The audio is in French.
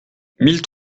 mille